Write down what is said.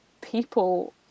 people